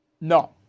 No